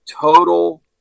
total